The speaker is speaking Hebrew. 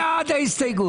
מי בעד קבלת ההסתייגות?